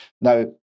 Now